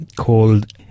called